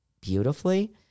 beautifully